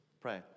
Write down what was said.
pray